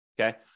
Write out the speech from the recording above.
Okay